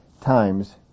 times